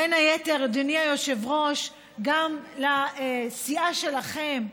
בין היתר, אדוני היושב-ראש, גם לסיעה שלכם,